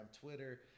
Twitter